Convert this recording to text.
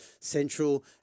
central